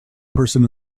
person